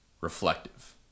reflective